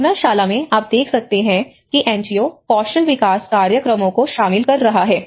हुनरशाला में आप देख सकते हैं कि एनजीओ कौशल विकास कार्यक्रमों को शामिल कर रहा है